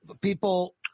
people